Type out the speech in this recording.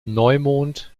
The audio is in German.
neumond